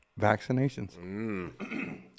vaccinations